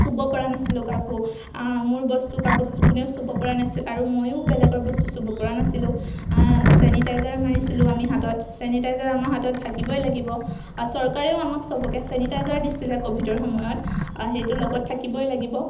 চুব পৰা নাছিলোঁ কাকো মোৰ বস্তু কাকো কোনেও চুব পৰা নাছিল আৰু ময়ো বেলেগৰ বস্তু চুব পৰা নাছিলোঁ চেনিটাইজাৰ মাৰিছিলোঁ আমি হাতত চেনিটাইজাৰ আমাৰ হাতত থাকিবই লাগিব আৰু চৰকাৰেও আমাক চবকে চেনিটাইজাৰ দিছিলে ক'ভিডৰ সময়ত সেইটো লগত থাকিবই লাগিব